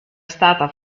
stata